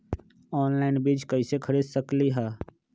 Online बीज कईसे खरीद सकली ह?